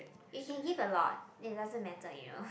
you can give a lot it doesn't matter you know